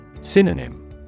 Synonym